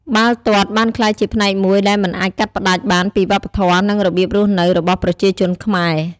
បាល់ទាត់បានក្លាយជាផ្នែកមួយដែលមិនអាចកាត់ផ្តាច់បានពីវប្បធម៌ និងរបៀបរស់នៅរបស់ប្រជាជនខ្មែរ។